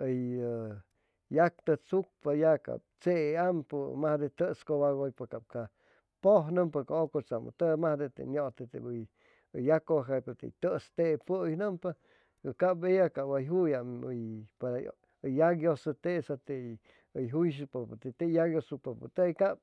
uy yactucshucpa ya cab tseeampu mas de tuscuwawaypa ca puj numpa cu ucutsumu tugay vas de min llute cuwacpa tey tu'us tepu is numpa y cab ella wa juya para yaguiusu tesa u yaguiushucpa